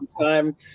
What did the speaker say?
time